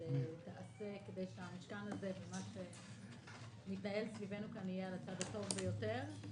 שתעשה כדי שהמשכן הזה ומה שמתנהל סביבנו יהיה על הצד הטוב ביותר.